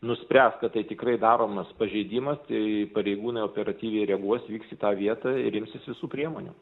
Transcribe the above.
nuspręs kad tai tikrai daromas pažeidimas tai pareigūnai operatyviai reaguos vyks į tą vietą ir imsis visų priemonių